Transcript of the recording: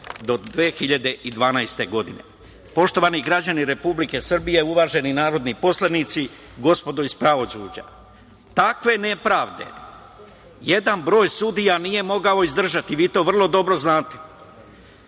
do 2012. godine. Poštovani građani Republike Srbije, uvaženi narodni poslanici, gospodo iz pravosuđa, takve nepravde jedan broj sudija nije mogao izdržati, vi to vrlo dobro znate.